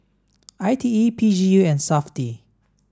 I T E P G E and SAFTI